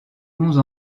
onze